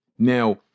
Now